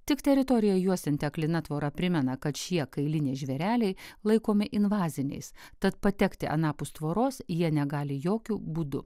tik teritoriją juosianti aklina tvora primena kad šie kailiniai žvėreliai laikomi invaziniais tad patekti anapus tvoros jie negali jokiu būdu